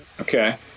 okay